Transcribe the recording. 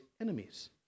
enemies